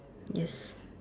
yes